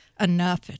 enough